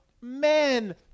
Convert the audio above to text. men